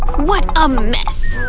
what a mess!